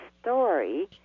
story